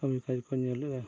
ᱠᱟᱹᱢᱤ ᱠᱟᱡᱽ ᱠᱚ ᱧᱮᱞᱮᱜᱼᱟ